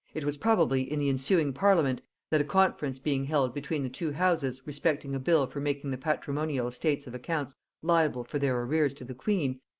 it was probably in the ensuing parliament that a conference being held between the two houses respecting a bill for making the patrimonial estates of accountants liable for their arrears to the queen,